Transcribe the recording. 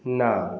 ନା